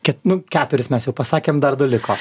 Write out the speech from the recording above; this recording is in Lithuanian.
ket nu keturis mes jau pasakėm dar du liko